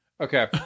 Okay